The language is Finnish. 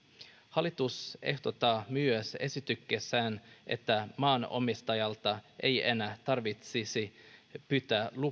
hallitus ehdottaa myös esityksessään että maanomistajalta ei enää tarvitsisi pyytää